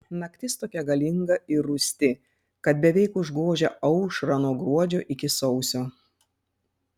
naktis tokia galinga ir rūsti kad beveik užgožia aušrą nuo gruodžio iki sausio